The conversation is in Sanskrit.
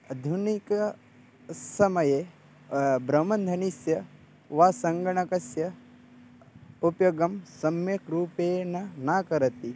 आधुनिके समये ब्रह्मन् हनिस्स वा सङ्गणकस्य उपयोगं सम्यक् रूपेण न करोति